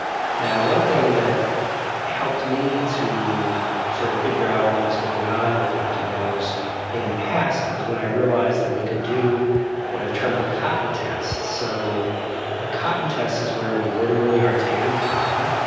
one thing that helped me to sort of figure out what was going on with empty nose in the past was when i realised that we could do what i've termed the cotton test. so a cotton test is where we literally are taking cotton,